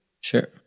Sure